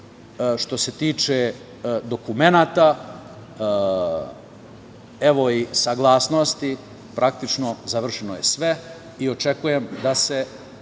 što se tiče dokumenata, evo, i saglasnosti, praktično završeno je sve i očekujem da se